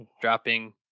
Dropping